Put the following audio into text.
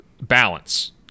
balance